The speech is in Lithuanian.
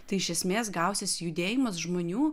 tai iš esmės gausis judėjimas žmonių